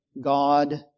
God